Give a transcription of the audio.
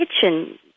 kitchen